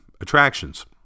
attractions